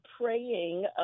praying